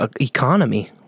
economy